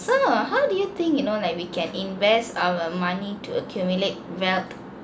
so err how do you think you know like we can invest our money to accumulate wealth